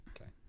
Okay